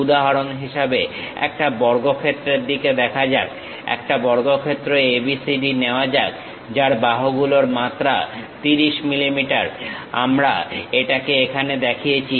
উদাহরণ হিসেবে একটা বর্গক্ষেত্রের দিকে দেখা যাক একটা বর্গক্ষেত্র ABCD নেওয়া যাক যার বাহুগুলোর মাত্রা 30mm আমরা এটাকে এখানে দেখিয়েছি